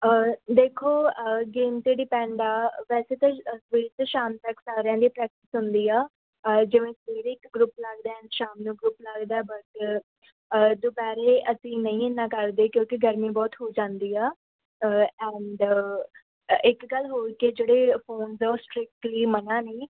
ਦੇਖੋ ਗੇਮ 'ਤੇ ਡਿਪੈਂਡ ਆ ਵੈਸੇ ਤਾਂ ਸਵੇਰ ਅਤੇ ਸ਼ਾਮ ਤੱਕ ਸਾਰਿਆਂ ਦੀ ਪ੍ਰੈਕਟਿਸ ਹੁੰਦੀ ਆ ਜਿਵੇਂ ਸਵੇਰੇ ਇੱਕ ਗਰੁੱਪ ਲੱਗਦਾ ਐਂਡ ਸ਼ਾਮ ਨੂੰ ਗਰੁੱਪ ਲੱਗਦਾ ਬਟ ਦੁਪਹਿਰੇ ਅਸੀਂ ਨਹੀਂ ਇੰਨਾ ਕਰਦੇ ਕਿਉਂਕਿ ਗਰਮੀ ਬਹੁਤ ਹੋ ਜਾਂਦੀ ਆ ਐਂਡ ਇੱਕ ਗੱਲ ਹੋਰ ਕਿ ਜਿਹੜੇ ਫੋਨਸ ਉਹ ਸਟਰਿਕਟਲੀ ਮਨ੍ਹਾ ਨੇ